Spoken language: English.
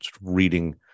reading